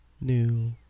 new